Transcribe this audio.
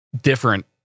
different